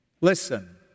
Listen